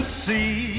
see